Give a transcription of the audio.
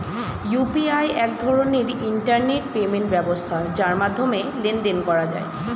UPI এক ধরনের internet payment ব্যবস্থা যার মাধ্যমে লেনদেন করা যায়